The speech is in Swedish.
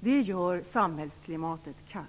Det gör samhällsklimatet kallt.